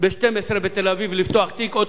ובערב באילת לפתוח תיק,